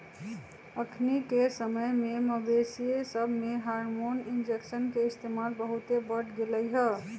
अखनिके समय में मवेशिय सभमें हार्मोन इंजेक्शन के इस्तेमाल बहुते बढ़ गेलइ ह